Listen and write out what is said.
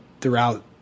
throughout